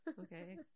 Okay